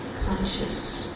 conscious